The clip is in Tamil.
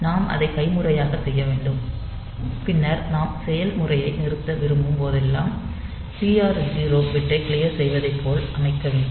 நாம் அதை கைமுறையாக செய்ய வேண்டும் பின்னர் நாம் செயல்முறையை நிறுத்த விரும்பும் போதெல்லாம் TR 0 பிட்டை க்ளியர் செய்வதை போல் அமைக்க வேண்டும்